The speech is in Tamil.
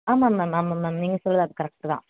ஆமாம் மேம் ஆமாம் மேம் நீங்கள் சொல்வது அது கரெக்ட்டு தான்